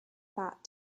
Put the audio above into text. that